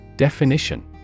Definition